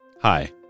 Hi